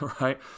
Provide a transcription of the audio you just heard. right